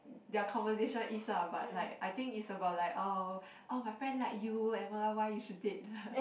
their conversation is ah but like I think it's about like oh oh my friend like you and why you should date